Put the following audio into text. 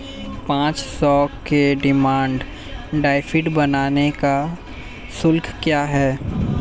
पाँच सौ के डिमांड ड्राफ्ट बनाने का शुल्क क्या है?